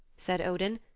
said odin.